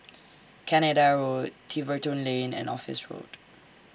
Canada Road Tiverton Lane and Office Road